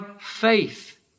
faith